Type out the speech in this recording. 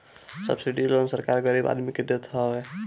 subsidy loan सरकार गरीब आदमी के देत हवे